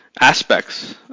aspects